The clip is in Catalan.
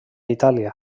itàlia